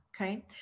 okay